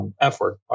effort